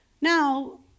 Now